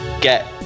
get